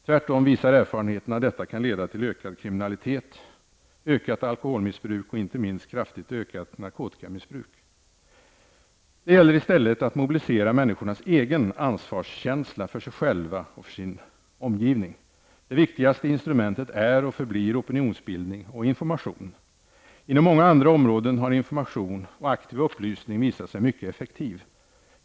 Tvärtom visar erfarenheterna att detta kan leda till ökad kriminalitet, ökat alkoholmissbruk och inte minst kraftigt ökat narkotikamissbruk. Det gäller i stället att mobilisera människornas egen ansvarskänsla -- för sig själva och sin omgivning. Det viktigaste instrumentet är och förblir opinionsbildning och information. Inom många andra områden har information och aktiv upplysning visat sig mycket effektiv.